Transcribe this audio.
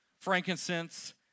frankincense